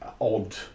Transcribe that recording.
odd